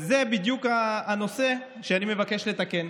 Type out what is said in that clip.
זה בדיוק הנושא שאני מבקש לתקן,